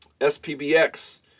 SPBX